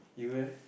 you eh